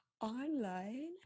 online